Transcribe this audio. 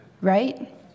right